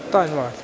ਧੰਨਵਾਦ